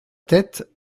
tête